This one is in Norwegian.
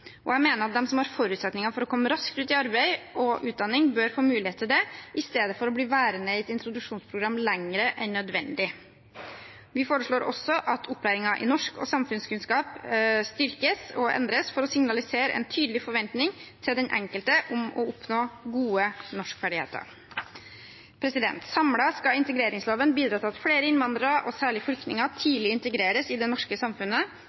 Jeg mener at de som har forutsetninger for å komme raskt ut i arbeid eller utdanning, bør få mulighet til det, istedenfor å bli værende i et introduksjonsprogram lenger enn nødvendig. Vi foreslår også at opplæringen i norsk og samfunnskunnskap styrkes og endres for å signalisere en tydelig forventning til den enkelte om å oppnå gode norskferdigheter. Samlet skal integreringsloven bidra til at flere innvandrere, og særlig flyktninger, tidlig integreres i det norske samfunnet,